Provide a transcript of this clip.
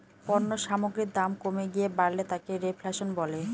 পণ্য সামগ্রীর দাম কমে গিয়ে বাড়লে তাকে রেফ্ল্যাশন বলে